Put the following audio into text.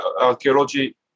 archaeology